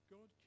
God